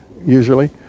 usually